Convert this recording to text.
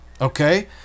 okay